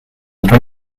rhoi